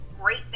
great